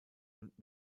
und